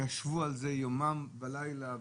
ישבו על זה יומם ולילה,